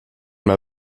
mal